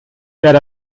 werde